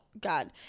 God